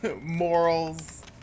morals